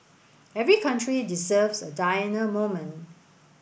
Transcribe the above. every country deserves a Diana moment